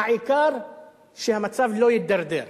העיקר שהמצב לא יידרדר.